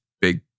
big